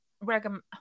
recommend